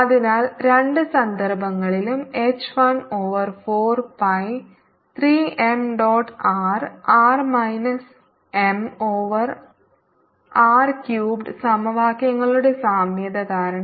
അതിനാൽ രണ്ട് സന്ദർഭങ്ങളിലും H 1 over 4 pi 3 m dot R R minus m over R cubed സമവാക്യങ്ങളുടെ സാമ്യത കാരണം